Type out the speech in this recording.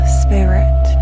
spirit